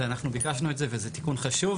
זה, אנחנו ביקשנו את זה וזה תיקון חשוב.